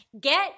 get